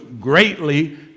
greatly